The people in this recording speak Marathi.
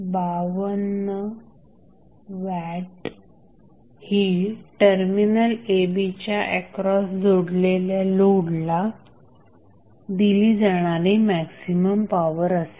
52W ही टर्मिनल a b च्या एक्रॉस जोडलेल्या लोडला दिली जाणारी मॅक्सिमम पॉवर असेल